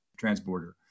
transborder